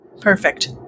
Perfect